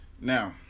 now